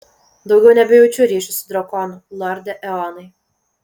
daugiau nebejaučiu ryšio su drakonu lorde eonai